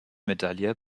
medaille